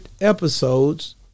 episodes